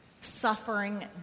Suffering